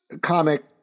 comic